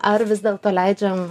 ar vis dėlto leidžiam